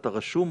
אתה רשום,